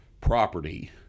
property